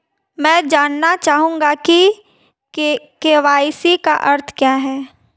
मैं जानना चाहूंगा कि के.वाई.सी का अर्थ क्या है?